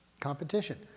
Competition